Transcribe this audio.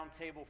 roundtable